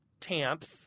tamps